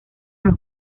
los